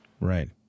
Right